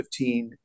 2015